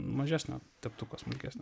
mažesnio teptuko smulkesnio